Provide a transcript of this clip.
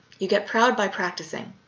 you get proud by practicing.